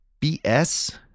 BS